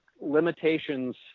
limitations